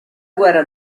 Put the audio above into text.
guerra